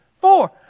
Four